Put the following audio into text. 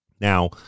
now